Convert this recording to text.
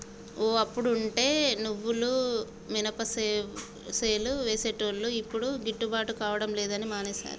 ఓ అప్పుడంటే నువ్వులు మినపసేలు వేసేటోళ్లు యిప్పుడు గిట్టుబాటు కాడం లేదని మానేశారు